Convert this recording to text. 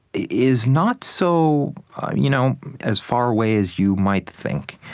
is not so you know as far away as you might think.